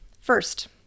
First